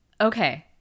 okay